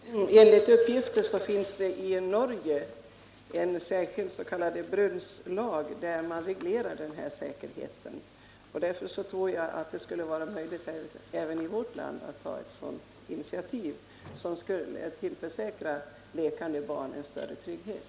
Herr talman! Enligt uppifter finns det i Norge en särskild s.k. brunnslag, i vilken man reglerar den här säkerheten. Jag tror att det skulle vara möjligt att även i vårt land ta ett liknande initiativ som skulle tillförsäkra lekande barn en större trygghet.